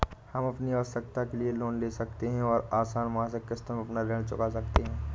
हम अपनी आवश्कता के लिए लोन ले सकते है और आसन मासिक किश्तों में अपना ऋण चुका सकते है